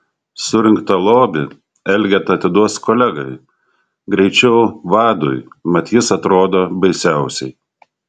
surinktą lobį elgeta atiduos kolegai greičiau vadui mat jis atrodo baisiausiai